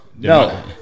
No